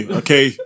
okay